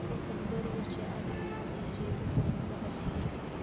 company दरवर्षी आर्थिक स्थितीचे विवरण प्रकाशित करते